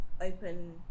open